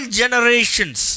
generations